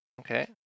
Okay